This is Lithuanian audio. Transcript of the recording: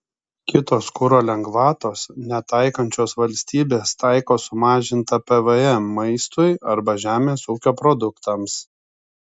kitos kuro lengvatos netaikančios valstybės taiko sumažintą pvm maistui arba žemės ūkio produktams